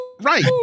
Right